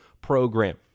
Program